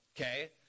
Okay